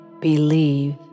believe